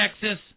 Texas